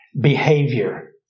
behavior